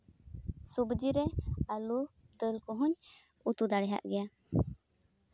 ᱥᱚᱵᱽᱡᱤ ᱨᱮ ᱟᱹᱞᱩ ᱫᱟᱹᱞ ᱠᱚᱦᱚᱸᱧ ᱩᱛᱩ ᱫᱟᱲᱮᱭᱟᱜ ᱜᱮᱭᱟ